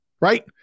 right